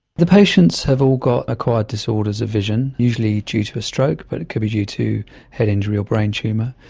the patients have all got acquired disorders of vision, usually due to a stroke but it could be due to head injury or brain tumour,